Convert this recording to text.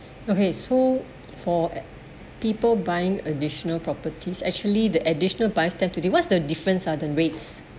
okay so for people buying additional properties actually the additional buyer's stamp duty what's the different are then the rates